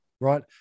right